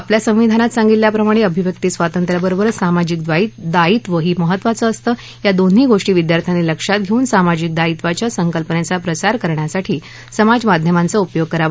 आपल्या संविधानात सांगितल्याप्रमाणे अभिव्यक्तीस्वातंत्र्या बरोबरचं सामाजिक दायित्व ही महत्वाचं असतं या दोन्ही गोष्टी विद्यार्थ्यांनी लक्षात घेऊन सामाजिक दायित्वाच्या संकल्पनेचा प्रसार करण्यासाठी समाजमाध्यमांचा उपयोग करावा